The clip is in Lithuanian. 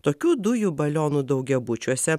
tokių dujų balionų daugiabučiuose